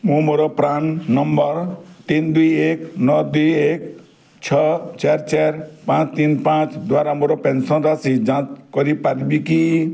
ମୁଁ ମୋର PRAN number ତିନି ଦୁଇ ଏକ ନଅ ଦୁଇ ଏକ ଛଅ ଚାରି ଚାରି ପାଞ୍ଚ ତିନି ପାଞ୍ଚ ଦ୍ଵାରା ମୋର ପେନ୍ସନ୍ ରାଶି ଯାଞ୍ଚ କରିପାରିବି କି